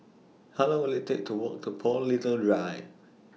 How Long Will IT Take to Walk to Paul Little Drive